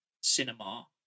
cinema